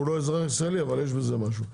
הוא לא אזרח ישראלי, אבל יש בזה משהו.